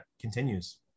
continues